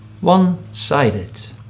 one-sided